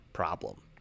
problem